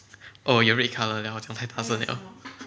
oh 有 red colour 我讲太大声 liao